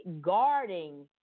guarding